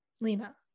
Lena